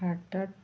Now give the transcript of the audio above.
ହଠାତ୍